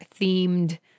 themed